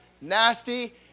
nasty